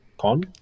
con